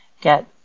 get